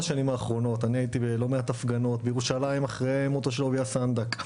אני הייתי בלא מעט הפגנות בירושלים אחרי מותו של אהוביה סנדק,